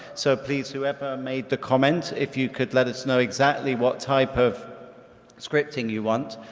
so please whoever made the comment, if you could let us know exactly what type of scripting you want,